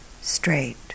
straight